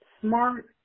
smart